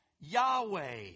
Yahweh